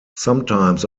sometimes